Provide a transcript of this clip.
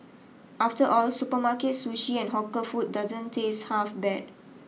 after all supermarket sushi and hawker food doesn't taste half bad